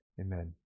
Amen